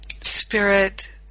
Spirit